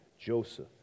Joseph